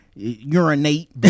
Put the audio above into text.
Urinate